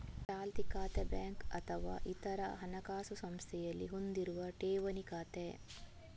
ಚಾಲ್ತಿ ಖಾತೆ ಬ್ಯಾಂಕು ಅಥವಾ ಇತರ ಹಣಕಾಸು ಸಂಸ್ಥೆಯಲ್ಲಿ ಹೊಂದಿರುವ ಠೇವಣಿ ಖಾತೆ